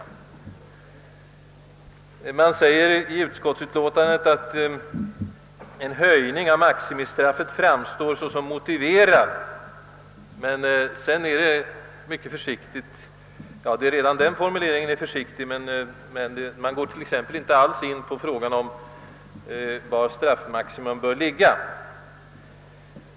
Man säger i utlåtandet: »En höjning av maximistraffet framstår därför såsom motiverad.» Redan den formuleringen är försiktig, och utskottet går inte alls in på frågan var straffmaximum bör ligga.